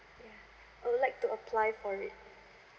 I would like to apply for it